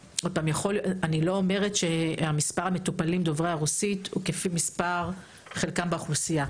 אני לא אומרת שמספר המטופלים דוברי הרוסית הוא כפי חלקם באוכלוסיה,